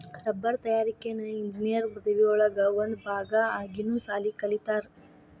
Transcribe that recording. ರಬ್ಬರ ತಯಾರಿಕೆನ ಇಂಜಿನಿಯರ್ ಪದವಿ ಒಳಗ ಒಂದ ಭಾಗಾ ಆಗಿನು ಸಾಲಿ ಕಲಿತಾರ